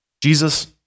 Jesus